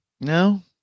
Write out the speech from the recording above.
No